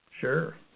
Sure